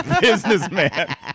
businessman